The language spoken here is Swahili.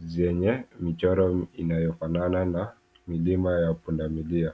zenye michoro inayofanana na milima ya punda milia.